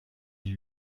ils